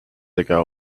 ago